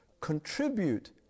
contribute